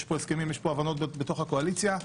יש פה הסכמים, יש הבנות בתוך הקואליציה.